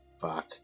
Fuck